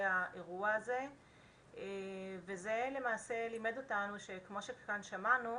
האירוע הזה וזה למעשה לימד אותנו שכמו שכבר שמענו,